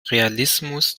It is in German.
realismus